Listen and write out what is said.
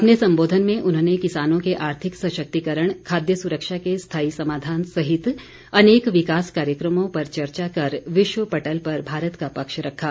अपने संबोधन में उन्होंने किसानों के आर्थिक सशक्तिकरण खाद्य सुरक्षा के स्थायी समाधान सहित अनेक विकास कार्यक्रमों पर चर्चा कर विश्व पटल पर भारत का पक्ष रखा